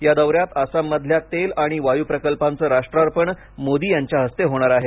या दौऱ्यात आसाममधल्या तेल आणि वायू प्रकल्पांचं राष्ट्रार्पण मोदी यांच्या हस्ते होणार आहे